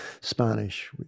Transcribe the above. Spanish